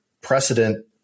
precedent